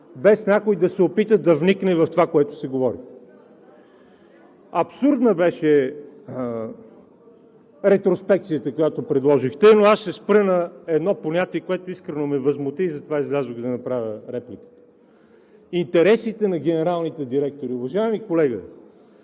без някой да се опита да вникне в това, което се говори. Абсурдна беше ретроспекцията, която предложихте, но аз ще се спра на едно понятие, което искрено ме възмути и затова излязох да направя реплика – интересите на генералните директори. Уважаеми колега,